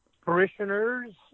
parishioners